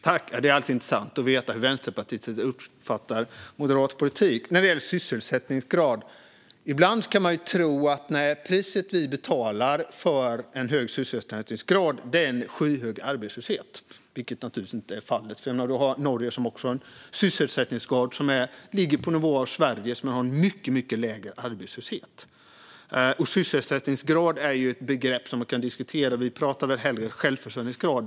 Fru talman! Det är alltid intressant att höra hur Vänsterpartiet uppfattar moderat politik. När det gäller sysselsättningsgrad kan man ibland tro att priset vi betalar för hög sysselsättningsgrad är skyhög arbetslöshet, vilket naturligtvis inte är fallet. Norge har en sysselsättningsgrad som är i nivå med Sveriges, men de har mycket lägre arbetslöshet. Sysselsättningsgrad är ett begrepp som kan diskuteras. Vi pratar hellre om självförsörjningsgrad.